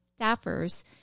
staffers